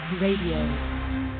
Radio